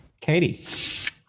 Katie